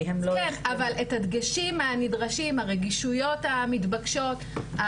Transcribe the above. כן אבל את הדגשים הנדרשים הרגישויות המתבקשות,